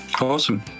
Awesome